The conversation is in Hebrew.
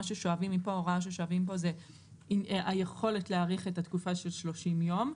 שואבים מפה הוראה של היכולת להאריך את התקופה של 30 יום,